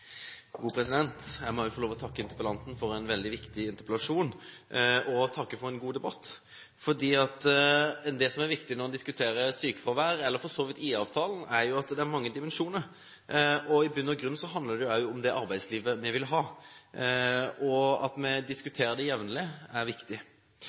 debatt. Det som er viktig når en diskuterer sykefravær, eller for så vidt IA-avtalen, er at det er mange dimensjoner. I bunn og grunn handler det også om det arbeidslivet vi vil ha, og at vi